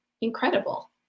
incredible